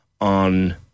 on